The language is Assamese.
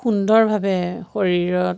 সুন্দৰভাৱে শৰীৰত